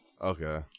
Okay